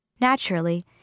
Naturally